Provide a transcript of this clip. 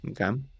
Okay